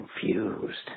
confused